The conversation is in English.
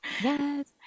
Yes